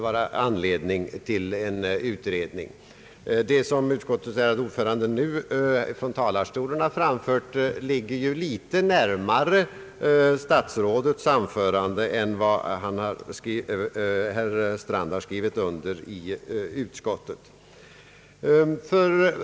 Vad utskottets ärade ordförande yttrat från talarstolen ligger ju litet närmare statsrådets anförande än det yttrande som herr Strand har skrivit under i utskottet.